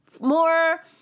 more